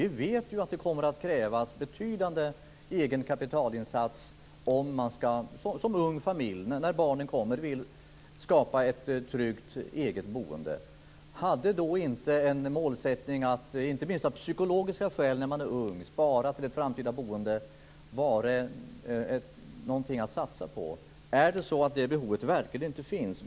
Vi vet ju att det kommer att krävas betydande egen kapitalinsats om man som ung familj vill skapa ett tryggt eget boende när barnen kommer. Hade då inte en målsättning - inte minst av psykologiska skäl - att spara till ett framtida boende när man är ung varit något att satsa på? Finns verkligen inte det behovet?